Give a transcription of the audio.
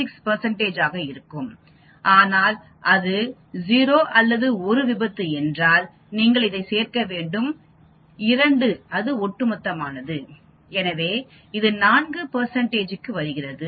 36 ஆக இருக்கும் ஆனால் அது 0 அல்லது 1 விபத்து என்றால் நீங்கள் இதைச் சேர்க்க வேண்டும் 2 அது ஒட்டுமொத்தமானது எனவே இது 4 க்கு வருகிறது